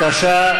בבקשה,